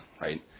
right